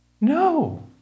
No